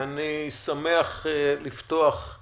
אני שמח לפתוח את